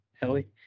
Ellie